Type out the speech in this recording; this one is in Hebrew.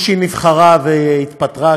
מישהי נבחרה והתפטרה,